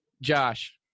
Josh